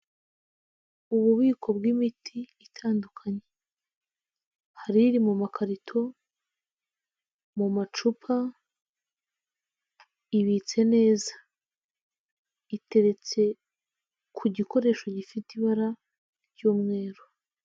Ububiko bw'imiti itandukanye: hari ri mu makarito, mu macupa, ibitse neza, iteretse ku gikoresho gifite ibara ry'umweru.